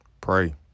Pray